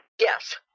Yes